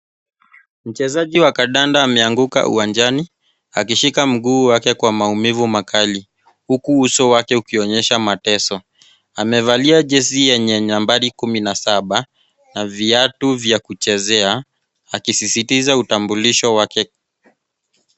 Mchezaji wa kandanda ameanguka uwanjani akishika mguu wake kwa maumivu makali, huku uso wake ukionyesha mateso. Amevalia jezi yenye nambari kumi na saba na viatu vya kuchezea, akisisitiza utambulisho wake.